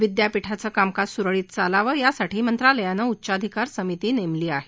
विद्यापीठाचं कामकाज सुरळीत चालावं यासाठी मंत्रालयानं उच्चाधिकार समिती नेमली आहे